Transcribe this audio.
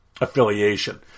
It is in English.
affiliation